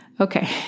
okay